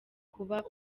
kuba